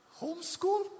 Homeschool